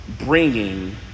bringing